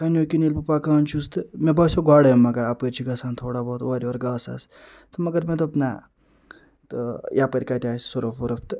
کَنیو کِنۍ ییٚلہِ بہٕ پکان چھُس تہٕ مےٚ باسیو گۄڈَے مگر اَپٲرۍ چھِ گژھان تھوڑا بہت اورٕ یورٕ گاسَس تہٕ مگر مےٚ دوٚپ نَہ تہٕ یَپٲرۍ کَتہِ آسہِ سۄرُف وۄرُف تہٕ